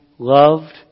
Loved